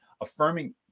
affirming